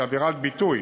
שהיא עבירת ביטוי,